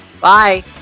bye